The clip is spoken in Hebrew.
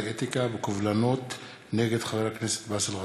האתיקה בקובלנות נגד חבר הכנסת באסל גטאס.